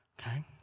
Okay